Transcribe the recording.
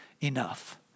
enough